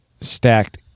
stacked